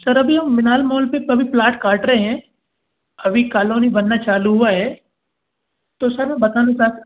sir अभी हम Minal mall पर अभी प्लाट काट रहे हैं अभी कॉलोनी बनना चालू हुआ है तो सर मैं बताना